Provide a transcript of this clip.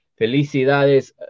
Felicidades